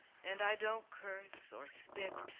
and i don't curse or spit,